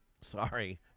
sorry